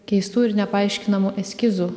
keistų ir nepaaiškinamų eskizų